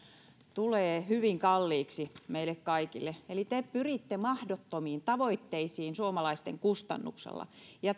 tulee hyvin kalliiksi meille kaikille eli te pyritte mahdottomiin tavoitteisiin suomalaisten kustannuksella ja